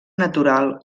natural